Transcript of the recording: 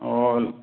اور